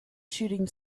shooting